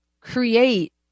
create